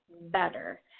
better